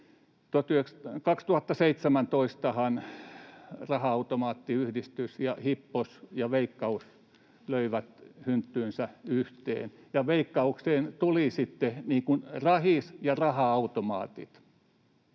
2017:han Raha-automaattiyhdistys ja Hippos ja Veikkaus löivät hynttyynsä yhteen ja Veikkaukseen tulivat sitten Rahis ja raha-automaatit.